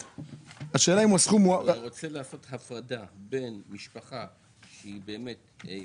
אני רוצה לעשות הפרדה בין משפחה שיש